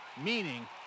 Meaning